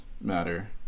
matter